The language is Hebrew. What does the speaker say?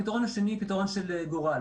הפתרון השני פתרון של גורל.